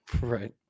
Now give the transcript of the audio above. Right